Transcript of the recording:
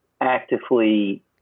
actively